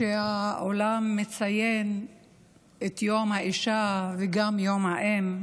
כשהעולם מציין את יום האישה וגם את יום האם,